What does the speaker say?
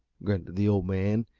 grunted the old man,